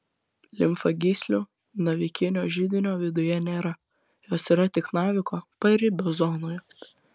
limfagyslių navikinio židinio viduje nėra jos yra tik naviko paribio zonoje